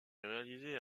réalisée